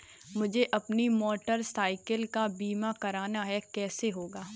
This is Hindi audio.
मुझे अपनी मोटर साइकिल का बीमा करना है कैसे होगा?